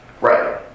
right